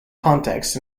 context